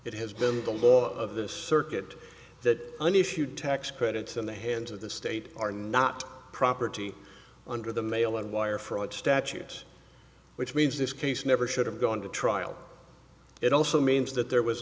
it has been the law of this circuit that an issue tax credits in the hands of the state are not property under the mail and wire fraud statute which means this case never should have gone to trial it also means that there was